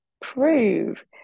prove